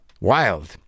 Wild